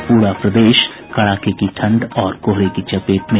और प्ररा प्रदेश कड़ाके की ठंड और कोहरे की चपेट में